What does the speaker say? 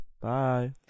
Bye